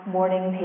Morning